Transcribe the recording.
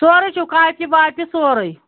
سورُے چھُو کاپی واپی سورُے